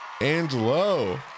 Angelo